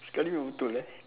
sekali memang betul eh